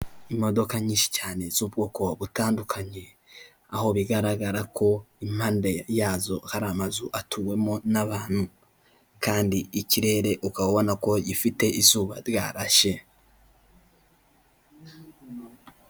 Imodoka nyinshi cyane z'ubwoko butandukanye, aho bigaragara ko impande yazo hari amazu atuwemo n'abantu, kandi ikirere ukaba ubona ko gifite izuba ryarashe.